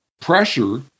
pressure